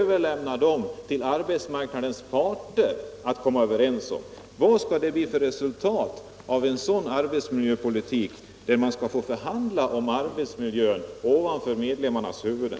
Vad kan det bli för resultat av en arbetsmiljöpolitik där man skall få förhandla om arbetsmiljön över medlemmarnas huvuden?